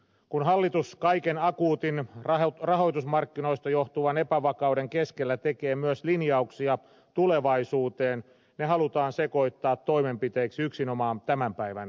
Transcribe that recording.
kun hallitus kaiken akuutin rahoitusmarkkinoista johtuvan epävakauden keskellä tekee myös linjauksia tulevaisuuteen ne halutaan sekoittaa toimenpiteiksi yksinomaan tämän päivän tilanteeseen